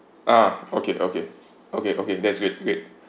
ah okay okay okay okay that's good great